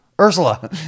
Ursula